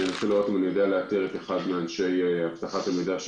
אני אנסה לאתר את אחד מאנשי אבטחת המידע,